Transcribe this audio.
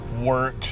work